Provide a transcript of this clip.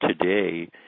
today